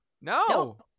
No